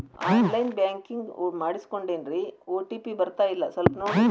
on line banking ಮಾಡಿಸ್ಕೊಂಡೇನ್ರಿ OTP ಬರ್ತಾಯಿಲ್ಲ ಸ್ವಲ್ಪ ನೋಡ್ರಿ